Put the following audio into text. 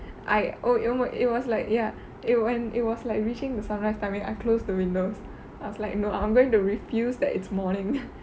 I oh it was it was like ya it when it was like reaching the sunrise timing I close the windows I was like no I'm going to refuse that it's morning